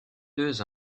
deux